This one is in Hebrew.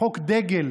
חוק דגל